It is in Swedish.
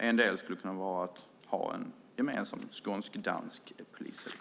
En del kunde, tycker jag, vara att ha en gemensam skånsk-dansk polishelikopter.